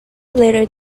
later